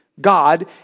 God